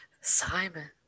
Simon